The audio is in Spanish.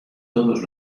todos